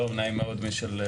מישל,